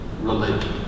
religion